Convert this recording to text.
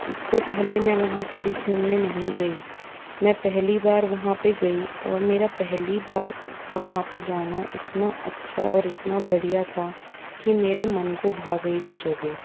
इससे पहले मैं वहाँ कभी घूमने नहीं गई मैं पहली बार वहाँ पर गई और मेरा पहली बार का वहाँ पर जाना इतना अच्छा और इतना बढ़िया था कि मेरे मन को भा गई वो जगह